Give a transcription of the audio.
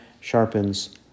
sharpens